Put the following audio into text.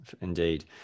indeed